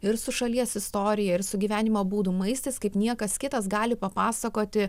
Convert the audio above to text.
ir su šalies istorija ir su gyvenimo būdu maistas kaip niekas kitas gali papasakoti